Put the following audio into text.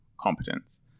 competence